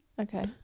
Okay